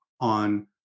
on